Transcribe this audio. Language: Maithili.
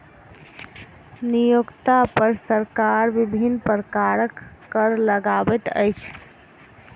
नियोक्ता पर सरकार विभिन्न प्रकारक कर लगबैत अछि